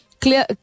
Clear